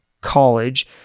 college